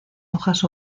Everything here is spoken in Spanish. hojas